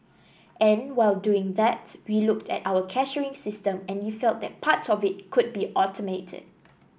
and while doing that we looked at our cashiering system and we felt that part of it could be automated